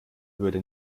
würde